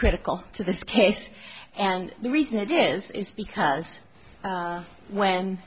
critical to this case and the reason it is is because when